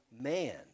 man